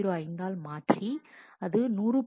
005 ஆல் மாற்றி அது 100